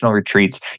retreats